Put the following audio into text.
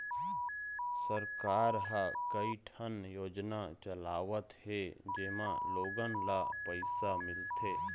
सरकार ह कइठन योजना चलावत हे जेमा लोगन ल पइसा मिलथे